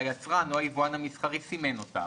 שהיצרן או היבואן המסחרי סימן אותה.